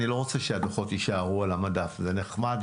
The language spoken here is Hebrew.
אני לא רוצה שהדוחות יישארו על המדף זה נחמד,